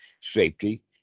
safety